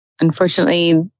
unfortunately